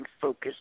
focused